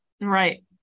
Right